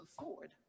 afford